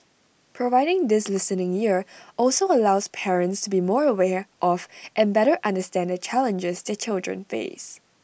providing this listening ear also allows parents to be more aware of and better understand the challenges their children face